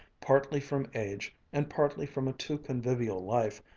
partly from age, and partly from a too convivial life,